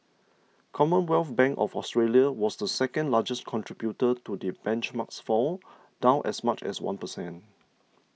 Commonwealth Bank of Australia was the second largest contributor to the benchmark's fall down as much as one percent